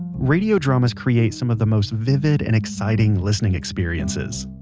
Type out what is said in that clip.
radio dramas create some of the most vivid and exciting listening experiences.